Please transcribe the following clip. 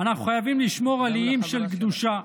אנחנו חייבים לשמור על איים של קדושה.